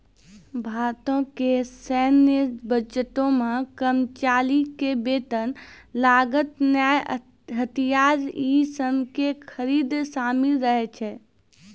भारतो के सैन्य बजटो मे कर्मचारी के वेतन, लागत, नया हथियार इ सभे के खरीद शामिल रहै छै